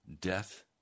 death